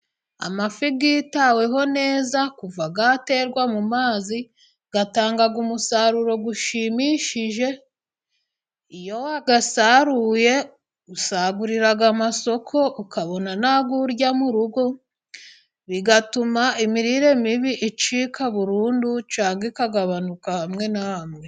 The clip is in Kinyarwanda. Amafi yitaweho neza kuva aterwa mu mazi, atanga umusaruro ushimishije, iyo wayasaruye usagurira amasoko ukabona n'ayo urya mu rugo, bigatuma imirire mibi icika burundu cyangwa ikagabanuka hamwe na hamwe.